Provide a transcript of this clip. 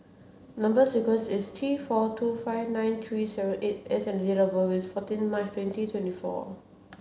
number sequence is T four two five nine three seven eight S and date of birth is fourteen March twenty twenty four